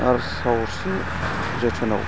आरो सावस्रि जोथोनाव